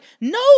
no